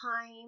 time